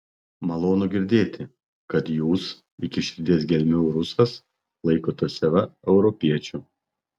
malonu girdėti kad jūs iki širdies gelmių rusas laikote save europiečiu